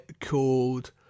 called